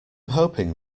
hoping